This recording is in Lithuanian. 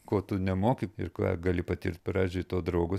ko tu nemoki ir ką gali patirt pradžiai to draugo